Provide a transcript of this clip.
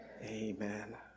Amen